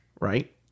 right